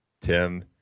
tim